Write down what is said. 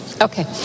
Okay